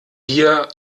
wir